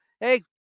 Hey